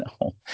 no